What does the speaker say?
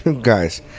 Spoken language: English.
guys